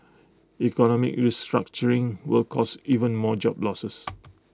economic restructuring will cause even more job losses